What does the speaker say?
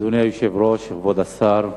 אדוני היושב-ראש, כבוד השר,